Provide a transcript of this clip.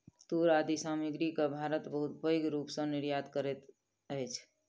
तूर आदि सामग्री के भारत बहुत पैघ रूप सॅ निर्यात करैत अछि